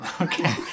Okay